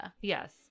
yes